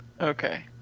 Okay